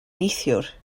neithiwr